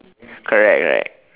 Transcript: correct like